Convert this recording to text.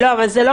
זה לא